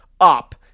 Up